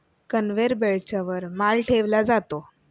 conveyor बेल्टच्या वर माल ठेवला जातो